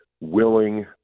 willing